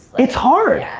it's hard.